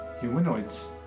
Humanoids